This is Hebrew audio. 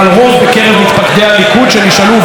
אבל היה רוב בקרב מתפקדי הליכוד שנשאלו,